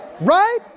right